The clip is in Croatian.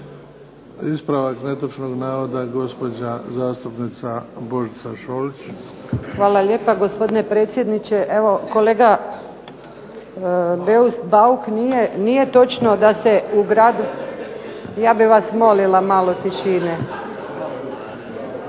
Ispravak netočnog navoda, gospođa zastupnica Božica Šolić. **Šolić, Božica (HDZ)** Hvala lijepa gospodine predsjedniče. Evo kolega Bauk nije točno da se u gradu. Ja bih vas molila malo tišine.